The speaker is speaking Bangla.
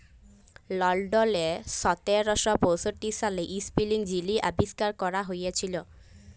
লল্ডলে সতের শ পঁয়ষট্টি সালে ইস্পিলিং যিলি আবিষ্কার ক্যরা হঁইয়েছিল